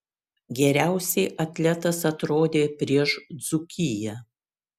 geriausiai atletas atrodė prieš dzūkiją